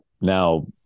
now